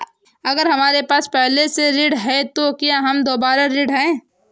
अगर हमारे पास पहले से ऋण है तो क्या हम दोबारा ऋण हैं?